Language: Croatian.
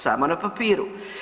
Samo na papiru.